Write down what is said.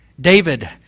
David